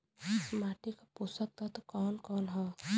माटी क पोषक तत्व कवन कवन ह?